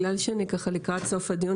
בגלל שאני ככה לקראת סוף הדיון,